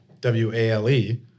W-A-L-E